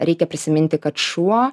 reikia prisiminti kad šuo